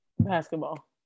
basketball